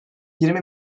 yirmi